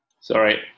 Sorry